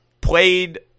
played